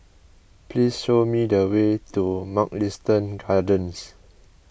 please show me the way to Mugliston Gardens